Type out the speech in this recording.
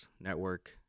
network